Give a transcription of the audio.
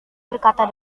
berkata